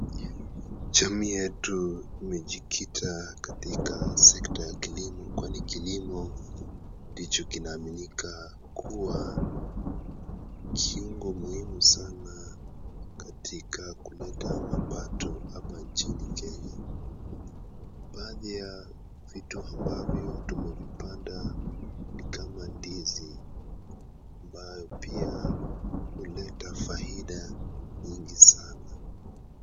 Jamii yetu imejikita katika sekta ya kilimo kwani kilimo ndicho kinaaminika kuwa kiungo muhimu sana katika kuleta mapato hapa nchini Kenya. Baadhi ya vitu ambavyo tumevipanda ni kama ndizi ambayo pia huleta faida nyingi sana.